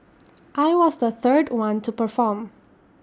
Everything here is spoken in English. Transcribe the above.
I was the third one to perform